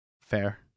fair